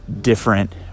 different